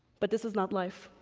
but this is not life.